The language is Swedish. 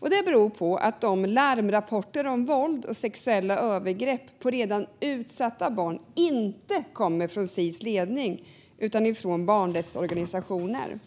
och det beror på att de larmrapporter om våld och sexuella övergrepp på redan utsatta barn inte kommer från Sis ledning utan från barnrättsorganisationer.